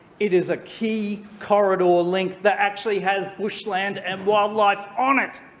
it is a key corridor ah link that actually has bushland and wildlife on it.